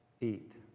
eat